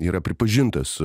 yra pripažintas